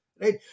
right